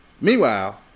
Meanwhile